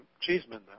Cheeseman